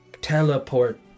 Teleport